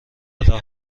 راه